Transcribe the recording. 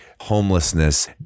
homelessness